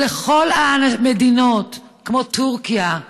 ולכל המדינות, כמו טורקיה,